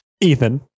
Ethan